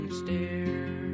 stare